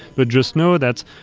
but just know that,